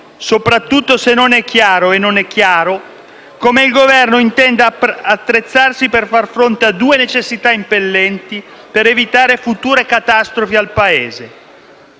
soprattutto se non è chiaro - e non lo è - come il Governo intenda attrezzarsi per far fronte a due necessità impellenti per evitare future catastrofi al Paese.